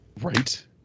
Right